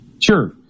sure